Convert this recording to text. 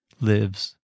lives